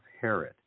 Herod